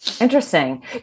Interesting